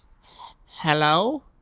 Hello